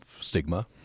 stigma